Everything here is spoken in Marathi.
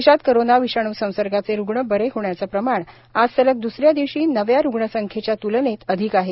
देशात कोरोना विषाणू संसर्गाचे रुग्ण बरे होण्याचं प्रमाण आज सलग द्सऱ्या दिवशी नव्या रुग्ण संख्येच्या त्लनेत अधिक आहे